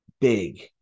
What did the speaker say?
big